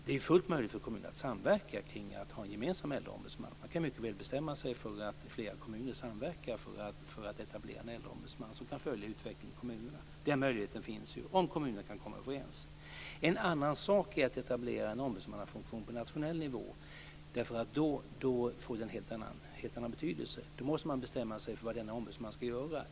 Det är fullt möjligt för kommunerna att samverka kring en gemensam äldreombudsman. Man kan mycket väl bestämma sig för att flera kommuner samverkar för att etablera en äldreombudsman som kan följa utvecklingen i kommunerna. Den möjligheten finns, om kommunerna kan komma överens. En annan sak är att etablera en ombudsmannafunktion på nationell nivå. Då får det en helt annan betydelse. Då måste man bestämma sig för vad denna ombudsman ska göra.